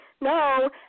No